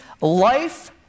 life